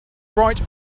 bright